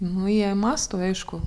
nu jie mąsto aišku